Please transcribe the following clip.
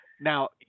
Now